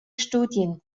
studien